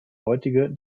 heutige